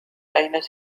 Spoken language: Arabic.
أين